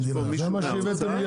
זה מה שאתם הבאתם לי,